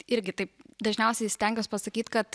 irgi taip dažniausiai stengiuos pasakyt kad